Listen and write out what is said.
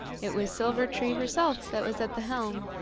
it was silver-tree herself that was at the helm,